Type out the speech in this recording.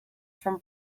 from